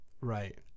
Right